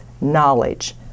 knowledge